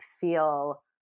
feel